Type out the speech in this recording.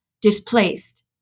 Displaced